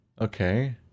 Okay